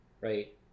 right